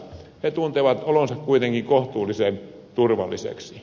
he tuntevat olonsa kuitenkin kohtuullisen turvalliseksi